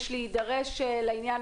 יש להידרש לעניין